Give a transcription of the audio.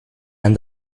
and